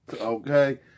Okay